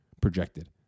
projected